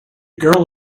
girl